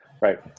Right